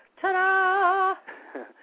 Ta-da